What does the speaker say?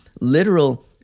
literal